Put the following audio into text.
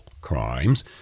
crimes